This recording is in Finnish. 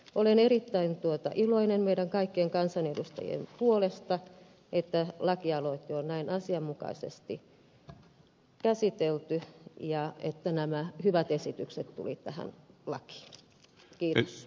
olen erittäin iloinen meidän kaikkien kansanedustajien puolesta että lakialoite on näin asianmukaisesti käsitelty ja että nämä hyvät esitykset tulivat tähän lakiin